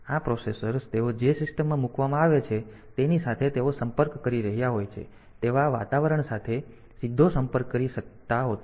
આ પ્રોસેસર્સ તેઓ જે સિસ્ટમમાં મૂકવામાં આવે છે તેની સાથે તેઓ સંપર્ક કરી રહ્યા હોય છે તેવા વાતાવરણ સાથે સીધો સંપર્ક કરી શકતા નથી હોતા